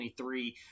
23